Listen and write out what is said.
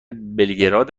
بلگراد